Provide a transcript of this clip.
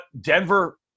Denver